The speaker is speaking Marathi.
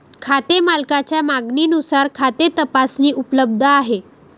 खाते मालकाच्या मागणीनुसार खाते तपासणी उपलब्ध आहे